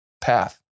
path